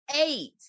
eight